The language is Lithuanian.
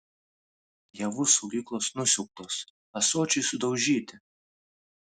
javų saugyklos nusiaubtos ąsočiai sudaužyti